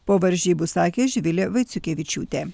po varžybų sakė živilė vaiciukevičiūtė